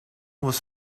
was